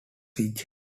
siege